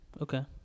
Okay